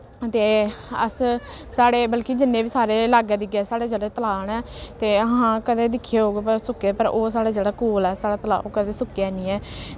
ते अस साढ़े बल्कि जिन्ने बी सारे लाग्गै धिग्गै साढ़े जेह्ड़े तलाऽ न ते हां कदै दिक्खेआ होग पर ओह् साढ़ा जेह्ड़ा कोल ऐ साढ़ा तलाऽ ओह् कदै सुक्केआ हैन्नी ऐ